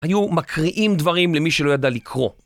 היו מקריאים דברים למי שלא ידע לקרוא.